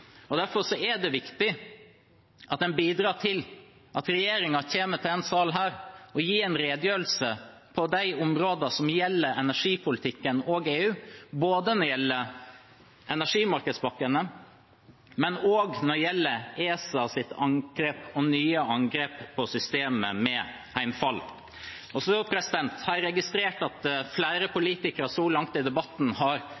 samfunn. Derfor er det viktig at en bidrar til at regjeringen kommer til denne salen og gir en redegjørelse for de områder som gjelder energipolitikken og EU, både når det gjelder energimarkedspakkene, og når det gjelder ESAs angrep – og nye angrep – på systemet med heimfall. Så har jeg registrert at flere politikere så langt i debatten har